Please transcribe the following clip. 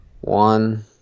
one